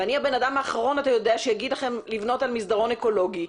ואני הבן אדם האחרון שיגיד לכם לבנות על מסדרון אקולוגי,